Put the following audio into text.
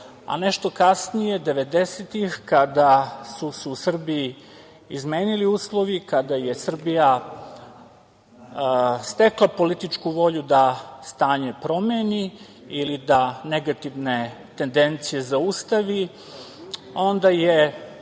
a nešto kasnije, devedesetih, kada su se u Srbiji izmenili uslovi, kada je Srbija stekla političku volju da stanje promeni ili da negativne tendencije zaustavi, onda nije